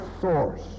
source